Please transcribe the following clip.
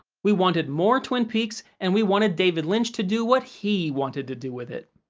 we wanted more twin peaks, and we wanted david lynch to do what he wanted to do with it.